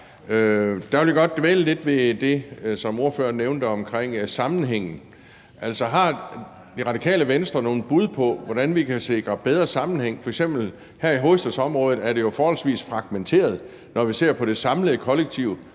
Der vil jeg godt dvæle lidt ved det, som ordføreren nævnte om sammenhængen. Har Det Radikale Venstre nogen bud på, hvordan vi kan sikre bedre sammenhæng? F.eks. her i hovedstadsområdet er det jo forholdsvis fragmenteret, når vi ser på det samlede kollektive